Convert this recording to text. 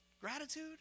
gratitude